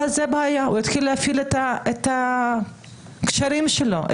אותו חבר מרכז יתחיל להפעיל את הקשרים שלו,